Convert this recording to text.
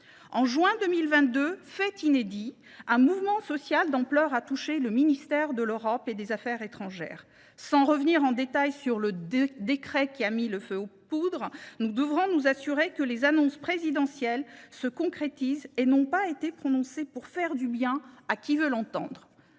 en juin 2022, un mouvement social d’ampleur – fait inédit – a touché le ministère de l’Europe et des affaires étrangères. Sans revenir en détail sur le décret qui a mis le feu aux poudres, nous devrons nous assurer que les annonces présidentielles se concrétisent et qu’elles n’ont pas été prononcées pour faire du bien à qui veut l’entendre.